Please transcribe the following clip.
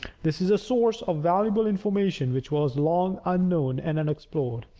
this is a source of valuable information which was long unknown and unexplored,